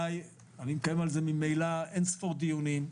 אני מקיים על זה אין ספור דיונים.